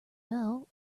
fell